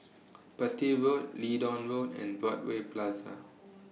Petir Road Leedon Road and Broadway Plaza